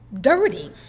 dirty